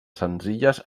senzilles